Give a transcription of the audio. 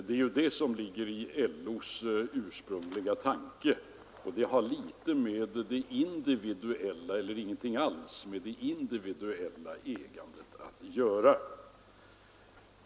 Det var Landsorganisationens ursprungliga tanke, och det har litet eller ingenting alls med det individuella ägandet att göra.